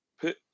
Put